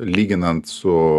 lyginant su